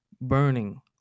burning